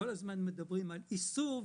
כל הזמן מדברים על איסור,